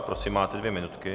Prosím, máte dvě minuty.